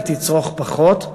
היא תצרוך פחות.